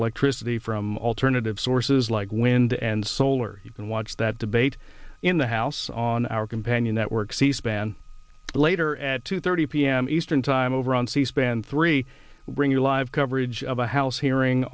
electricity from alternative sources like wind and solar you can watch that debate in the house on our companion network c span later at two thirty p m eastern time over on c span three bring you live coverage of a house hearing